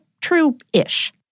true-ish